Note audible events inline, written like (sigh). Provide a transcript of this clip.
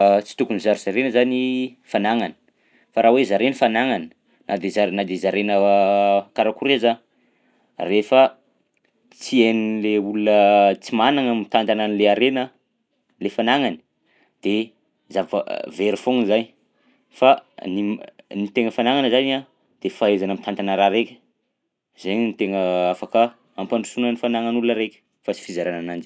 (hesitation) Tsy tokony zarazaina zany fanagnana fa raha hoe zaraina fanagnana na de zar- na de zaraina (hesitation) karakory aza rehefa tsy hain'lay olona tsy managna mitantana an'lay harena le fanagnany de zava- very foagna zany fa ny m- ny tegna fanagnana zany a de fahaizana mitantana raha raika, zay ny tegna afaka ampandrosoana fanagnan'olona raika fa sy fizarana ananjy.